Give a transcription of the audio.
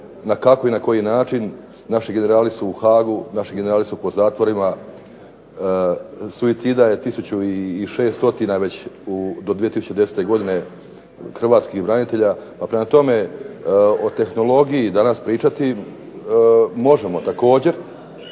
znamo i na koji način. Naši generali su u Hagu, naši generali su po zatvorima, suicida je tisuću 600 već do 2010. godine Hrvatskih branitelja. Pa prema tome, o tehnologiji danas pričati možemo također